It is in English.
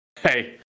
Hey